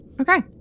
Okay